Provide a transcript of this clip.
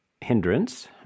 hindrance